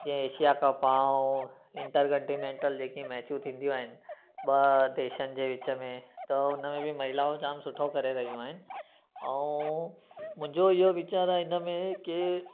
जीअं Asia cup आहे ऐं इंटर्कंटीनेंटल जेके मेचूं थींदियूं आहिनि ॿ देशनि जे विच में त हुन में बि महिलाऊं जाम सुठो करे रहियूं आहिनि ऐं मुंहिंजो इहो वीचारु आहे हिन में की